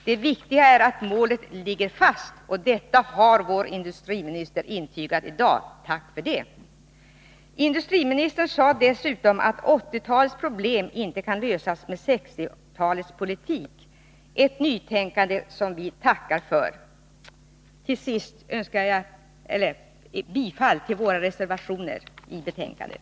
Det viktiga är att målet ligger fast, och detta har vår industriminister intygat i dag. Tack för det! Industriministern sade dessutom att 1980-talets problem inte kan lösas med 1960-talets politik. Det är ett nytänkande som vi tackar för. Jag yrkar bifall till samtliga moderata reservationer i betänkandet.